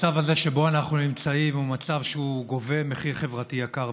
גדי יברקן.